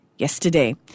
Yesterday